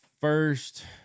first